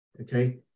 Okay